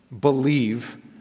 believe